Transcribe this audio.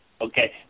Okay